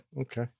Okay